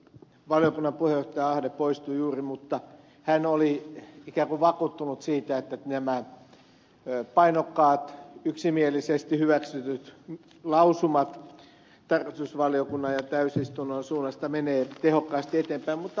valiokunnan puheenjohtaja ahde poistui juuri mutta hän oli ikään kuin vakuuttunut siitä että nämä painokkaat yksimielisesti hyväksytyt lausumat tarkastusvaliokunnan ja täysistunnon suunnasta menevät tehokkaasti eteenpäin